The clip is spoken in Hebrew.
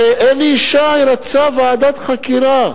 הרי אלי ישי רצה ועדת חקירה.